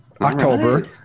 October